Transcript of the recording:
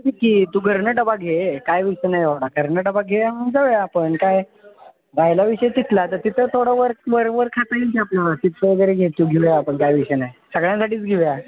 घे की तू घरून डबा घे काय विषय नाही एवढा घरून डबा घे मग जाऊया आपण काय राहिला विषय तिथला तर तिथं थोडं वर वर वर खाता येईल की आपल्याला चिप्स वगैरे घे घेऊया आपण काय विषय नाही सगळ्यांसाठीच घेऊया